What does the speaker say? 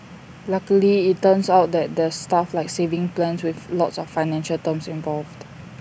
luckily IT turns out that there's stuff like savings plans with lots of financial terms involved